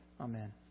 Amen